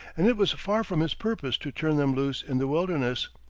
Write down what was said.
and it was far from his purpose to turn them loose in the wilderness.